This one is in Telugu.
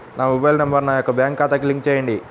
నా మొబైల్ నంబర్ నా యొక్క బ్యాంక్ ఖాతాకి లింక్ చేయండీ?